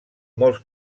molts